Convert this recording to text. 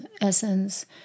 essence